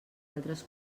altres